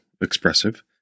expressive